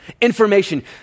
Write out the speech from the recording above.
information